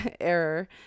error